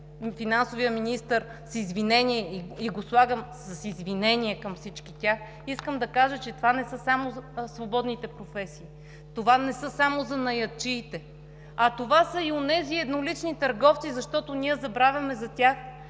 финансовият министър с извинение, и го слагам, с извинение към всички тях, искам да кажа, че това не са само свободните професии, не са само занаятчиите, а това са и онези еднолични търговци, защото ние забравяме за тях.